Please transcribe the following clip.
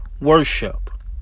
worship